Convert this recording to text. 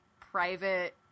private